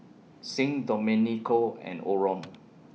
Sing Domenico and Orren